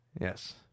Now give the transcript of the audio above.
Yes